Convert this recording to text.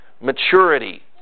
maturity